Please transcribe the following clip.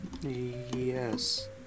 Yes